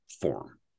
form